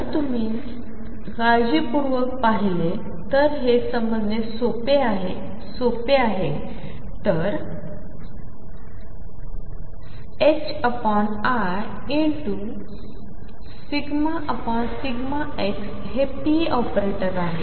जरतुम्हीकाळजीपूर्वकपाहिलेतरहेसमजणेखूपसोपेआहे तरi ∂x हेpऑपरेटरआहे